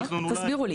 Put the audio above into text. תסבירו לי.